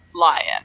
lion